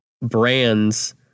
brands